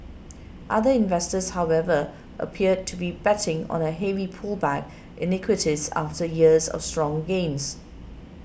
other investors however appear to be betting on a heavy pullback in equities after years of strong gains